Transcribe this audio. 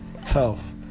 health